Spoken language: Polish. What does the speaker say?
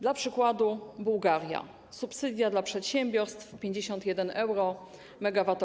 Dla przykładu: Bułgaria - subsydia dla przedsiębiorstw, 51 euro - 1 MWh,